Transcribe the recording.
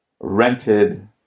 rented